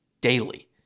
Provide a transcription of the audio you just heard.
daily